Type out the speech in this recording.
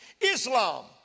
Islam